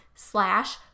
slash